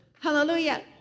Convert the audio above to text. Hallelujah